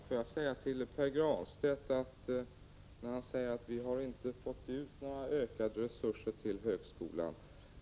Fru talman! Pär Granstedt säger att vi inte fått ökade resurser för högskolan.